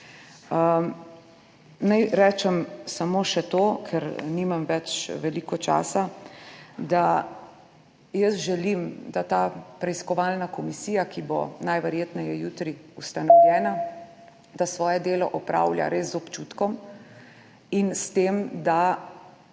rečem samo še to, ker nimam več veliko časa, da jaz želim, da ta preiskovalna komisija, ki bo najverjetneje jutri ustanovljena, svoje delo opravlja res z občutkom in s tem, da